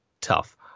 tough